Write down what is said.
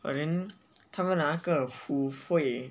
but then 他们拿那个